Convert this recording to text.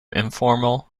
informal